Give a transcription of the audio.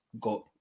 got